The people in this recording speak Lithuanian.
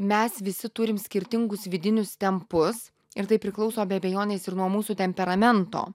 mes visi turim skirtingus vidinius tempus ir tai priklauso be abejonės ir nuo mūsų temperamento